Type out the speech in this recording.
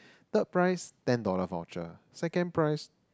third prize ten dollar voucher second prize